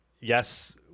Yes